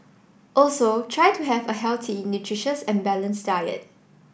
also try to have a healthy nutritious and balanced diet